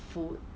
food